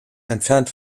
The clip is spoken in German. entfernt